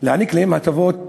הטבות מס,